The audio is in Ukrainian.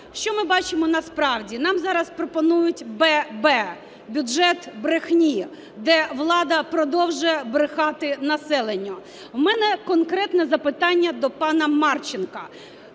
Що ми бачимо насправді? Нам зараз пропонують "ББ" – бюджет брехні, де влада продовжує брехати населенню. В мене конкретне запитання до пана Марченка.